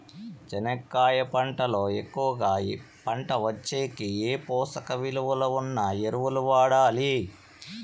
చెనక్కాయ పంట లో ఎక్కువగా పంట వచ్చేకి ఏ పోషక విలువలు ఉన్న ఎరువులు వాడాలి?